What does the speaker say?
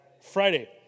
Friday